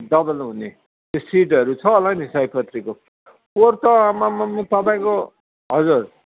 double हुने त्यो सिडहरू छ होला नि सयपत्रीको पोहोर त आम्मामाम् तपाईँको हजुर